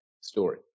story